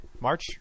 March